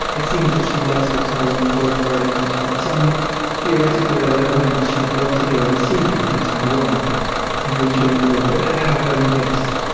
it seems that she loves her taiwanese boyfriend very much and that at some theoretical level at the moment she would love to go and see him in taiwan and re-join the world but at her own pace.